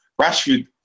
Rashford